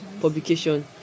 publication